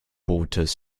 boots